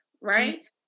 right